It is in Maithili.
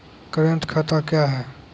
करेंट खाता क्या हैं?